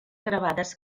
gravades